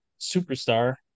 superstar